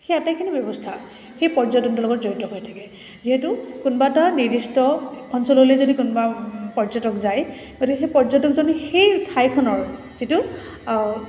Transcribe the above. সেই আটাইখিনি ব্যৱস্থা সেই পৰ্যটনৰ লগত জড়িত হৈ থাকে যিহেতু কোনোবা এটা নিৰ্দিষ্ট অঞ্চললৈ যদি কোনোবা পৰ্যটক যায় গতিকে সেই পৰ্যটকজনো সেই ঠাইখনৰ যিটো